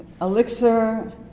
elixir